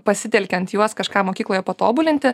pasitelkiant juos kažkam mokykloje patobulinti